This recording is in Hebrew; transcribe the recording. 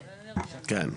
כן.